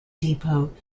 depot